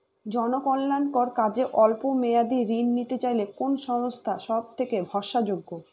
জনকল্যাণকর কাজে অল্প মেয়াদী ঋণ নিতে চাইলে কোন সংস্থা সবথেকে ভরসাযোগ্য?